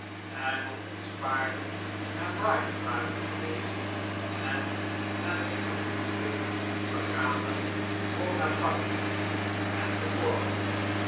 en of diens paarden naar brighton waren geweest en naar dien vervloekten verrader bonaparte en den oorlog